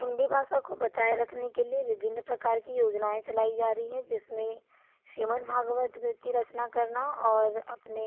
हिंदी भाषा को बचाए रखने के लिए विभिन्न प्रकार की योजनाएं चलाई जा रही हैं जिसमें श्रीमद भागवत की रचना करना और अपने